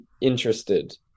interested